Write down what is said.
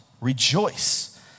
rejoice